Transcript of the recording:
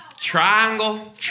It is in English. Triangle